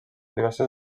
diverses